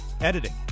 Editing